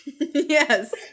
Yes